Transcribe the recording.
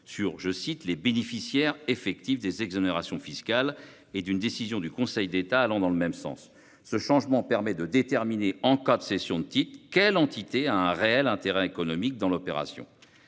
2019 relative aux « bénéficiaires effectifs » des exonérations fiscales, ainsi que sur une décision du Conseil d'État allant dans le même sens. Ce changement permet de déterminer, en cas de cession de titres, l'entité qui a un réel intérêt économique dans l'opération.